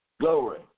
Glory